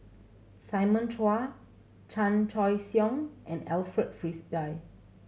Simon Chua Chan Choy Siong and Alfred Frisby